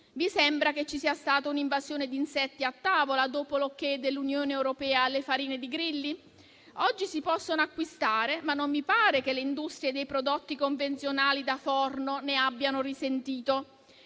Vi sembra che ci sia stato un'invasione di insetti a tavola, dopo il via libera dell'Unione europea alle farine di grilli? Oggi si possono acquistare, ma non mi pare che le industrie dei prodotti convenzionali da forno ne abbiano risentito.